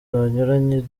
banyuranye